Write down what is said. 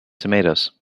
tomatoes